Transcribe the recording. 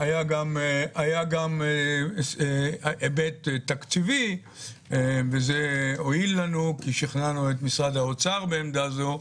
היה גם היבט תקציבי וזה הועיל לנו כי שכנענו את משרד האוצר בעמדה זו.